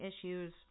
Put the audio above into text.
issues